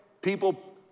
people